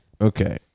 Okay